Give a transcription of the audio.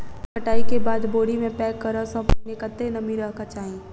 धान कटाई केँ बाद बोरी मे पैक करऽ सँ पहिने कत्ते नमी रहक चाहि?